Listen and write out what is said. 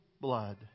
blood